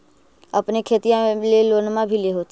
अपने खेतिया ले लोनमा भी ले होत्थिन?